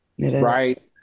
right